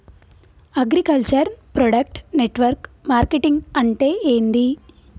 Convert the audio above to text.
Agriculture product network marketing అంటే ఏంది?